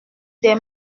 des